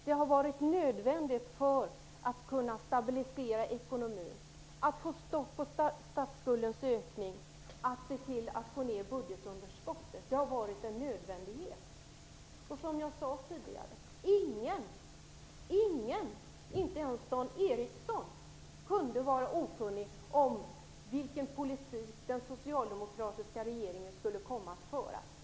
Det har varit nödvändigt för att stabilisera ekonomin att få stopp på statsskuldens ökning och få ned budgetunderskottet. Som jag sade tidigare kunde ingen, inte ens Dan Ericsson, vara okunnig om vilken politik den socialdemokratiska regeringen skulle komma att föra.